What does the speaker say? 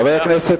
מהכנסתו החייבת